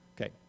Okay